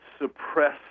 suppress